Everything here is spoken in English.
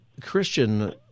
Christian